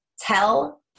Tell